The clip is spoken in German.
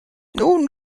nun